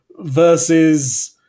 versus